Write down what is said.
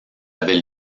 avaient